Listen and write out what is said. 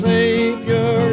Savior